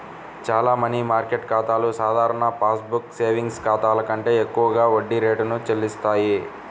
చాలా money market ఖాతాలు సాధారణ పాస్ బుక్ సేవింగ్స్ ఖాతాల కంటే ఎక్కువ వడ్డీ రేటును చెల్లిస్తాయి